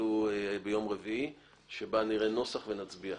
אפילו ביום רביעי, שבה נראה נוסח ונצביע.